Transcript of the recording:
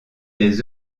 des